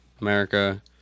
America